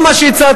כל מה שהצעתם,